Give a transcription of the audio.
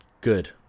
good